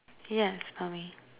yes for me